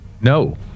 No